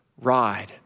ride